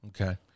Okay